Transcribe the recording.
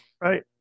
Right